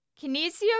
Kinesio